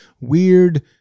weird